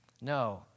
No